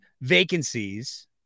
vacancies